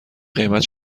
قیمت